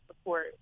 support